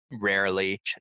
rarely